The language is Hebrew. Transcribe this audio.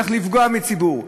איך לפגוע בציבור,